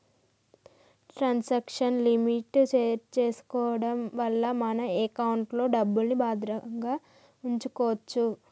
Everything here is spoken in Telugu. ట్రాన్సాక్షన్ లిమిట్ సెట్ చేసుకోడం వల్ల మన ఎకౌంట్లో డబ్బుల్ని భద్రంగా వుంచుకోచ్చు